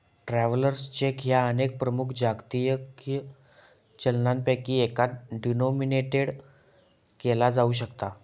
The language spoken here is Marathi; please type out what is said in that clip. ट्रॅव्हलर्स चेक ह्या अनेक प्रमुख जागतिक चलनांपैकी एकात डिनोमिनेटेड केला जाऊ शकता